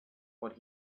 what